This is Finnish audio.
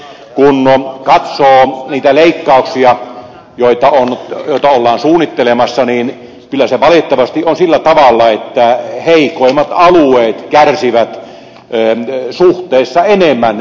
kun katsoo niitä leikkauksia joita ollaan suunnittelemassa niin kyllä se valitettavasti on sillä tavalla että heikoimmat alueet kärsivät enemmän suhteessa rintamaihin